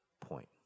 point